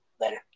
Later